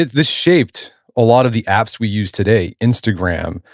this shaped a lot of the apps we use today, instagram,